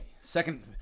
second